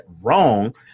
wrong